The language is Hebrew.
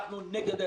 אנחנו נגד הייבוא,